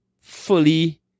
fully